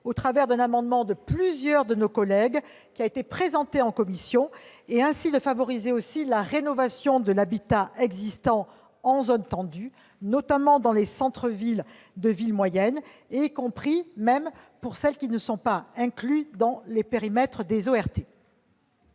au travers d'un amendement de plusieurs de nos collègues, présenté en commission, et ainsi de favoriser la rénovation de l'habitat existant en zone tendue, notamment dans les centres-villes de villes moyennes, y compris dans ceux qui ne sont pas inclus dans le périmètre d'une ORT.